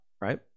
right